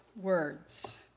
words